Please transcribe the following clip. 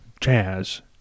jazz